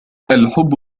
الحب